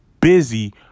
busy